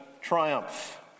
triumph